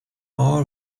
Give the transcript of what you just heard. all